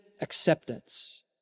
acceptance